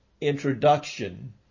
introduction